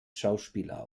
schauspieler